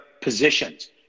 positions